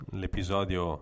l'episodio